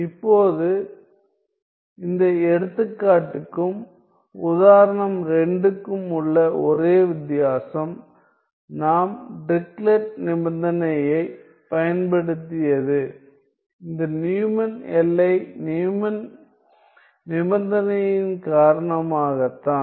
இப்போது இந்த எடுத்துக்காட்டுக்கும் உதாரணம் 2 க்கும் உள்ள ஒரே வித்தியாசம் நாம் டிரிக்லெட் நிபந்தனையைப் பயன்படுத்தியது இந்த நியூமன் எல்லை நிபந்தனையின் காரணமாக தான்